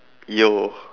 yo